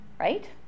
Right